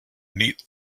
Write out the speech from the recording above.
neat